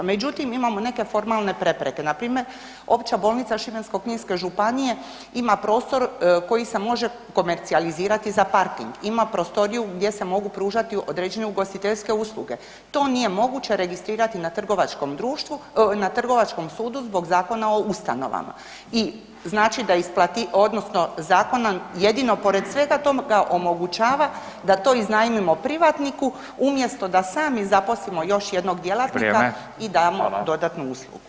Međutim, imamo neke formalne prepreke, npr. Opća bolnica Šibensko-kninske županije ima prostor koji se može komercijalizirati za parking, ima prostoriju gdje se mogu pružati određene ugostiteljske usluge, to nije moguće registrirati na trgovačkom društvu, na trgovačkom sudu zbog Zakona o ustanovama i znači da je odnosno Zakon nam jedino pored svega toga omogućava da to iznajmimo privatniku umjesto da sami zaposlimo još jednog djelatnika [[Upadica: Vrijeme]] i damo dodatnu uslugu.